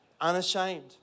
unashamed